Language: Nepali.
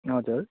हजुर